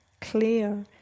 clear